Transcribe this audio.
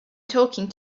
talking